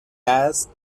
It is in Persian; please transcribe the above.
است